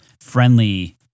friendly